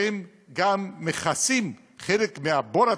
גם אין מכסים, חלק מהבור התקציבי,